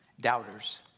doubters